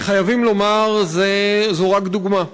חייבים לומר: זו רק דוגמה,